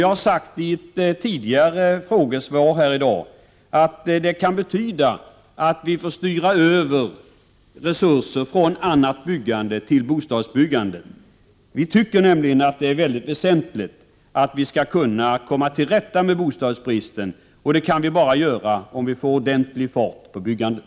Jag har sagt i ett tidigare frågesvar här i dag att det kan betyda att vi får styra över resurser från annat byggande till bostadsbyggande. Vi tycker nämligen att det är mycket väsentligt att komma till rätta med bostadsbristen. Det kan vi bara göra om vi får ordentlig fart på byggandet.